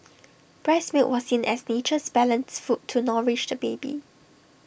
breast milk was seen as nature's balanced food to nourish the baby